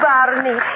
Barney